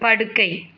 படுக்கை